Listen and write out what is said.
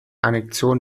annexion